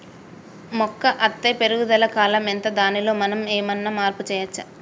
మొక్క అత్తే పెరుగుదల కాలం ఎంత దానిలో మనం ఏమన్నా మార్పు చేయచ్చా?